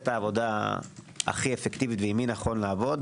את העבודה הכי אפקטיבית ועם מי נכון לעבוד.